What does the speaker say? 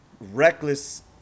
reckless